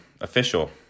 official